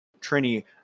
Trini